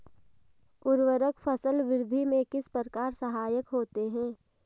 उर्वरक फसल वृद्धि में किस प्रकार सहायक होते हैं?